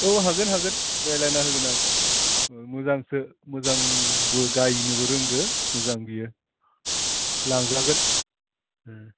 औ हागोन हागोन रायलायना होगोन आं मोजांसो मोजांबो गायनोबो रोंगौ मोजां बियो लांजागोन ओह